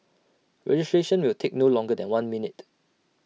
registration will take no longer than one minute